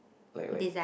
like like